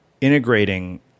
integrating